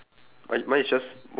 then there's the science fair